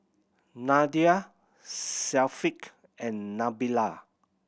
Nadia Syafiq and Nabila